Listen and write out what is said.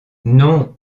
non